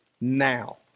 now